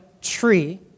tree